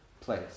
place